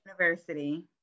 university